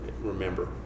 remember